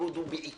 המיקוד הוא בעיקר